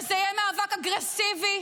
וזה יהיה מאבק אגרסיבי,